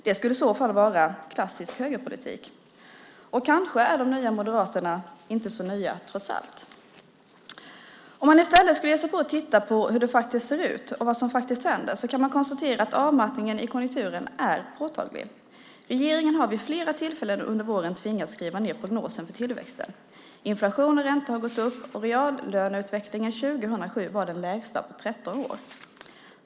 Det skulle i så fall vara klassisk högerpolitik. Kanske är de nya moderaterna inte så nya trots allt. Om man i stället skulle ge sig på att titta på hur det faktiskt ser ut och vad som faktiskt händer kan man konstatera att avmattningen i konjunkturen är påtaglig. Regeringen har vid flera tillfällen under våren tvingats skriva ned prognosen för tillväxten. Inflation och ränta har gått upp, och reallöneutvecklingen 2007 var den lägsta på 13 år.